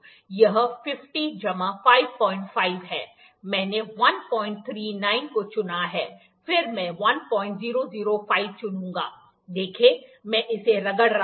यह ५० जमा ५५ है मैंने १३९ को चुना है फिर मैं १००५ चुनूंगा देख मैं इसे रगड़ रहा हूँ